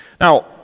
Now